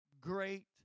great